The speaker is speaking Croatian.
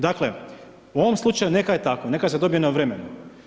Dakle, u ovom slučaju neka je tako, neka se dobije na vremenu.